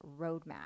Roadmap